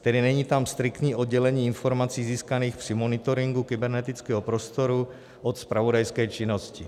Tedy není tam striktní oddělení informací získaných při monitoringu kybernetického prostoru od zpravodajské činnosti.